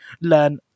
learn